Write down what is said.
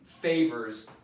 favors